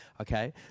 Okay